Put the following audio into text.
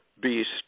beast